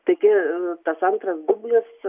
taigi tas antras dublis